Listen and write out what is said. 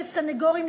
לסנגורים,